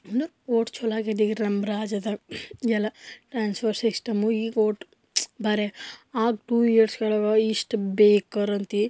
ಒಂದು ಅಷ್ಟು ಚಲೋ ಆಗಿದೆ ಈಗ ನಮ್ಮ ರಾಜ್ಯದಾಗೆ ಎಲ್ಲ ಟ್ರಾನ್ಸ್ಫೋರ್ ಸಿಸ್ಟಮು ಈಗ ಅಷ್ಟು ಬಾರೇ ಆಗ ಟು ಇಯರ್ಸ್ ಕೆಳಗೆ ಇಷ್ಟು ಬೇಕಾರಂತಿ